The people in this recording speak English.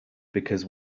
because